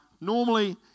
normally